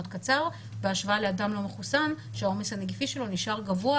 קצר בהשוואה לאדם לא מחוסן שהעומס הנגיפי שלו נשאר גבוה.